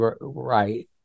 Right